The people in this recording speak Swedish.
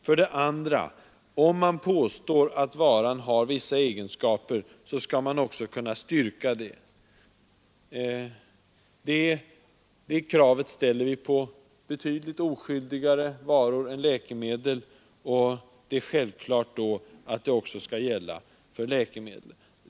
För det andra: Om man påstår att varan har vissa egenskaper, skall man också kunna styrka det. Det kravet ställer vi på betydligt oskyldigare varor än läkemedel, och det är då självklart att det också skall gälla för läkemedel.